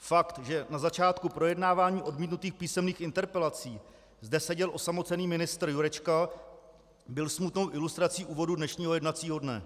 Fakt, že na začátku projednávání odmítnutých písemných interpelací zde seděl osamocený ministr Jurečka, byl smutnou ilustrací úvodu dnešního jednacího dne.